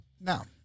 now